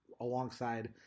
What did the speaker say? alongside